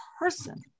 person